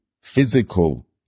physical